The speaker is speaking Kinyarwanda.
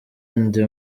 ndi